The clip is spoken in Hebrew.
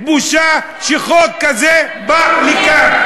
בושה שחוק כזה בא לכאן.